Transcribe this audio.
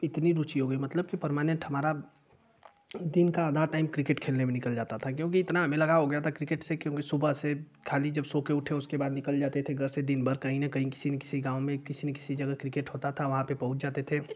इतनी रुचि हो गई मतलब की परमानेंट हमारा दिन का आधा टाइम क्रिकेट खेलने में निकल जात था क्योंकि इतना हमें लगाव हो गया था क्रिकेट से कि सुबह से खाली जब सो कर उठे उसके बाद निकल जाते थे घर से दिन भर कहीं न कहीं किसी न किसी गाँव में किसी न किसी जगह क्रिकेट होता था वहाँ पर पहुँच जाते थे